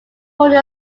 called